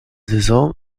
saison